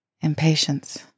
Impatience